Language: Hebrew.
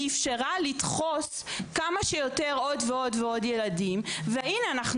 אפשרה לדחוס עוד ועוד ילדים והנה,